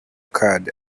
card